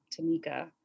Tamika